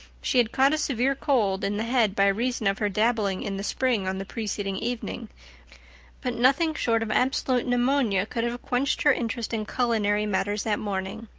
she had caught a severe cold in the head by reason of her dabbling in the spring on the preceding evening but nothing short of absolute pneumonia could have quenched her interest in culinary matters that morning.